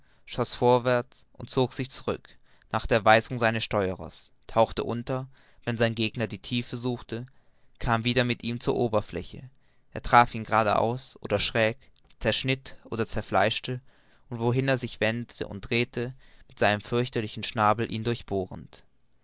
schoß vorwärts oder zog sich zurück nach der weisung seines steuerers tauchte unter wenn sein gegner die tiefe suchte kam wieder mit ihm zur oberfläche traf ihn geradeaus oder schräg zerschnitt oder zerfleischte und wohin er sich wendete und drehte mit seinem fürchterlichen schnabel ihn durchbohrend